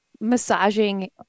massaging